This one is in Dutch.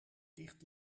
dicht